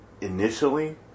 initially